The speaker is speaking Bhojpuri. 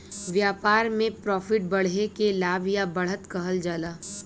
व्यापार में प्रॉफिट बढ़े के लाभ या बढ़त कहल जाला